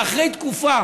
ואחרי תקופה